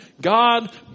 God